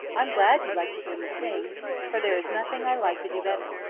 i'm glad you like to hear me sing for there is nothing i like to do better.